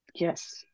Yes